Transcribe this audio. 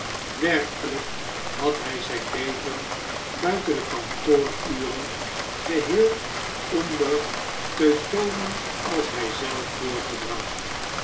werkelyk had hij zyn leven buiten de kantooruren geheel onder teutonen als hy zelf doorgebracht